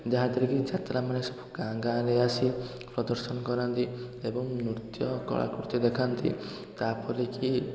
ଯାହାଥିରେ କି ଯାତ୍ରା ମାନେ ସବୁ ଗାଁ ଗାଁରେ ଆସି ପ୍ରଦର୍ଶନ କରନ୍ତି ଏବଂ ନୃତ୍ୟ କଳାକୃତ୍ୟ ଦେଖାନ୍ତି ତା'ପରେ କି